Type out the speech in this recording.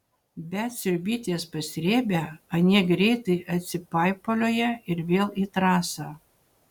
bet sriubytės pasrėbę anie greitai atsipaipalioja ir vėl į trasą